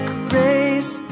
grace